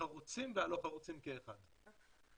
החרוצים והלא חרוצים כאחד.